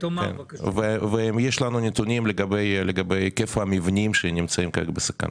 ואם יש לנו נתונים לגבי היקף המבנים שנמצאים כרגע בסכנה.